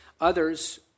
Others